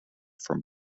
from